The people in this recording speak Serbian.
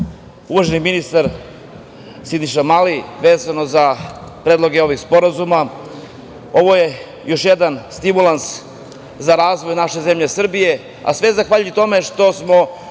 uvaženi ministar Siniša Mali, vezano za predloge ovih sporazuma, ovo je još jedan stimulans za razvoj naše zemlje Srbije, a sve zahvaljujući tome što smo